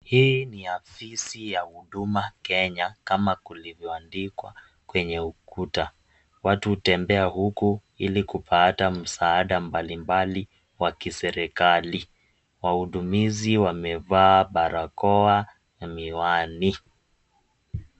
Hii ni afisi ya Huduma Kenya, kama kulivyo andikwa kwenye ukuta. Watu hutembea huku ili kupata Masada mbalimbali wa kiserikali. Wahudumizi wamevaa barakoa na miwani.